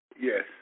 Yes